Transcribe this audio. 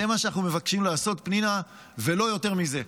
זה מה שאנחנו מבקשים לעשות, פנינה, ולא יותר מזה.